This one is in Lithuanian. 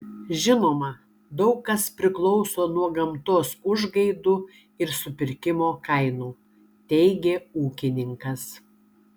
žinoma daug kas priklauso nuo gamtos užgaidų ir supirkimo kainų teigė ūkininkas